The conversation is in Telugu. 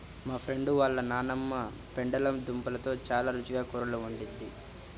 మా ఫ్రెండు వాళ్ళ నాన్నమ్మ పెండలం దుంపలతో చాలా రుచిగా కూరలు వండిద్ది